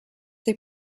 they